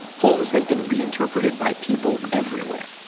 holmes has been reinterpreted by people everywhere,